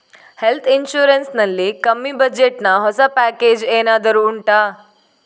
health insurance ನಲ್ಲಿ ಕಮ್ಮಿ budget ನ ಹೊಸ ಪ್ಯಾಕೇಜ್ ಏನಾದರೂ ಉಂಟಾ